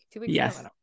yes